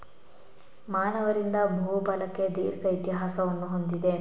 ಮಾನವರಿಂದ ಭೂ ಬಳಕೆ ದೀರ್ಘ ಇತಿಹಾಸವನ್ನು ಹೊಂದಿದೆ